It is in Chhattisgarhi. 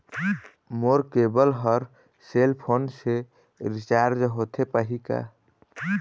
मोर केबल हर सेल फोन से रिचार्ज होथे पाही का?